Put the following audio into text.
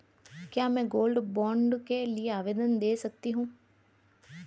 क्या मैं gold bond के लिए आवेदन दे सकती हूँ?